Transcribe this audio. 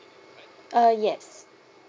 uh yes